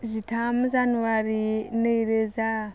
जिथाम जानुवारी नैरोजा